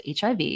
HIV